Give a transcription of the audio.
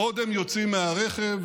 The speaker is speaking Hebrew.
בעוד הם יוצאים מהרכב,